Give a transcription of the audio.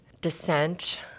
descent